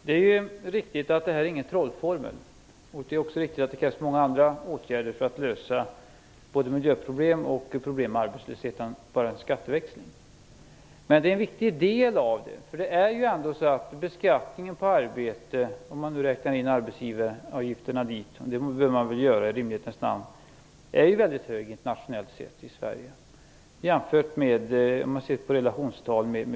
Fru talman! Det är riktigt att detta med skatteväxling inte är någon trollformel. Det är också riktigt att det krävs många andra åtgärder än bara skatteväxling för att lösa både miljöproblem och problem med arbetslösheten. Skatteväxling utgör dock en viktig del. Beskattningen på arbete - om man inräknar arbetsgivaravgiften, vilket man i rimlighetens namn bör göra - är ju internationellt sett väldigt hög i Sverige jämfört med